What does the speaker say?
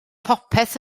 popeth